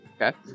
Okay